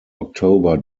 october